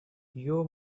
your